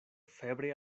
febre